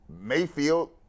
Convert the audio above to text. Mayfield